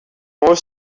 more